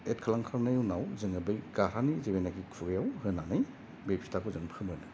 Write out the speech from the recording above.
Ed खालामखांनाय उनाव जोङो बै घारानि जिनोखि खुगायाव होनानै बे फिथाखौ जों फोमोनो